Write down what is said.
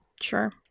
Sure